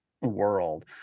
world